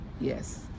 yes